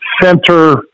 center